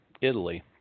Italy